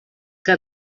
que